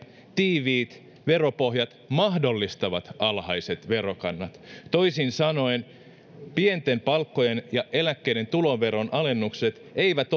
tiiviit veropohjat mahdollistavat alhaiset verokannat toisin sanoen pienten palkkojen ja eläkkeiden tuloveron alennukset eivät